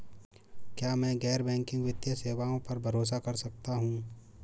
क्या मैं गैर बैंकिंग वित्तीय सेवाओं पर भरोसा कर सकता हूं?